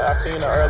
ah seen her